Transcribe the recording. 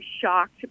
shocked